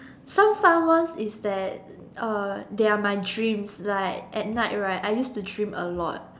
some fun ones is that uh they are my dreams like at night right I use to dream a lot